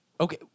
Okay